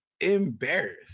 embarrassed